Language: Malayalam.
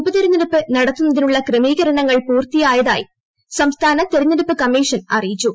ഉപതെരഞ്ഞെടുപ്പ് നടത്തുന്നതിനുള്ള ക്രമീകരണങ്ങൾ പൂർത്തിയായതായി സംസ്ഥാന തിര ഞ്ഞെടുപ്പ് കമ്മീഷൻ അറിയിച്ചു